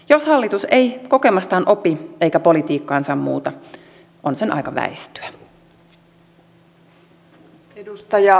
jos hallitus ei kokemastaan opi eikä politiikkaansa muuta on sen aika väistyä